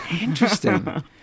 Interesting